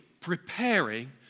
preparing